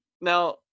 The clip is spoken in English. Now